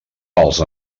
pels